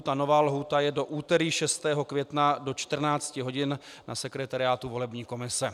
Ta nová lhůta je do úterý 6. května do 14 hodin na sekretariátu volební komise.